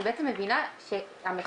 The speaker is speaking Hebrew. אני בעצם מבינה שהמחוסן,